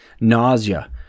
Nausea